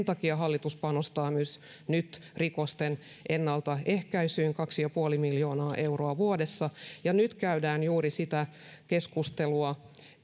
takia hallitus panostaa myös rikosten ennaltaehkäisyyn kaksi ja puoli miljoonaa euroa vuodessa nyt käydään juuri sitä keskustelua